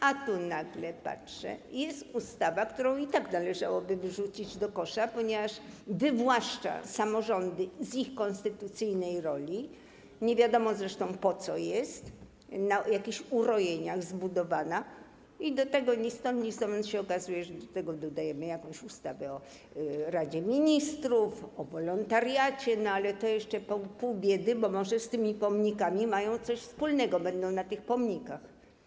A tu nagle patrzę, jest ustawa, którą i tak należałoby wyrzucić do kosza, ponieważ wywłaszcza samorządy z ich konstytucyjnej roli, nie wiadomo zresztą po co jest, na jakichś urojeniach zbudowana i do tego ni stąd, ni zowąd okazuje się, że do tego dodajemy jakąś ustawę o Radzie Ministrów, o wolontariacie, ale to jeszcze pół biedy, bo może z tymi pomnikami mają coś wspólnego, będą na tych pomnikach.